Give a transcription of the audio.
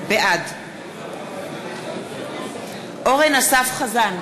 בעד אורן אסף חזן,